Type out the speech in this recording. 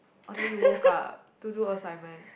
oh then you woke up to do assignment